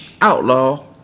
outlaw